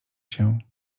się